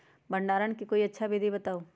भंडारण के कोई अच्छा विधि बताउ?